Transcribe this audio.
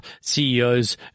CEOs